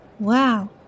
Wow